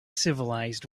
civilized